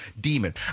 demon